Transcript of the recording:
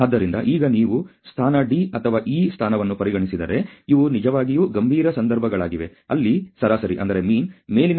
ಆದ್ದರಿಂದ ಈಗ ನೀವು ಸ್ಥಾನ D ಅಥವಾ E ಸ್ಥಾನವನ್ನು ಪರಿಗಣಿಸಿದರೆ ಇವು ನಿಜವಾಗಿಯೂ ಗಂಭೀರ ಸಂದರ್ಭಗಳಾಗಿವೆ ಅಲ್ಲಿ ಸರಾಸರಿ ಮೇಲಿನ ವಿವರಣೆಯ ಮಿತಿಗೆ ಹತ್ತಿರದಲ್ಲಿದೆ